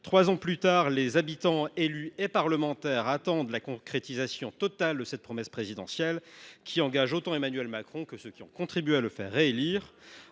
Trois ans plus tard, les habitants et les élus attendent la concrétisation totale de cette promesse présidentielle qui engage autant Emmanuel Macron que ceux qui ont contribué à le faire réélire.